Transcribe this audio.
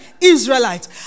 Israelites